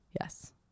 Yes